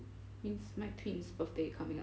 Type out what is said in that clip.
mean my twins birthday coming up